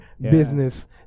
business